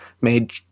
made